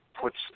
puts